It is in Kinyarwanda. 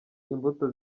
imbuto